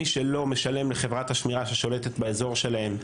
מי שלא משלם לחברת השמירה ששולטת באזור שלהם,